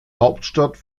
hauptstadt